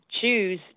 choose